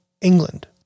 England